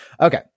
Okay